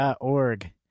.org